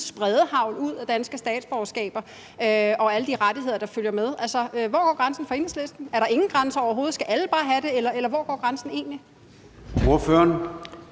skyde ud med spredehagl, med alle de rettigheder, der følger med? Altså, hvor går grænsen for Enhedslisten? Er der overhovedet ingen grænser? Skal alle bare have det, eller hvor går grænsen egentlig?